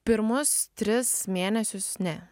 pirmus tris mėnesius ne